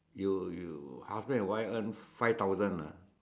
you you husband and wive earn five thousand ah